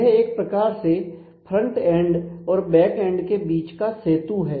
यह एक प्रकार से फ्रंट एंड और बैक एंड के बीच का सेतु है